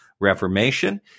Reformation